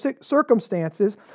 circumstances